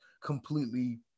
completely